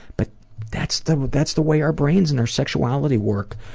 but that's the but that's the way our brains and our sexuality work,